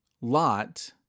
Lot